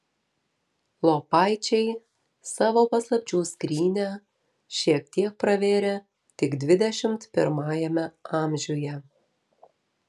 lopaičiai savo paslapčių skrynią šiek tiek pravėrė tik dvidešimt pirmajame amžiuje